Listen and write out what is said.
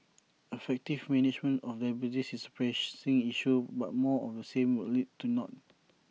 effective management of diabetes is A pressing issue but more of the same would lead to naught